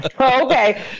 Okay